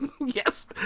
yes